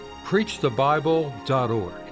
PreachTheBible.org